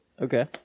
Okay